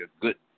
good